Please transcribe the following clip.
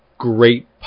great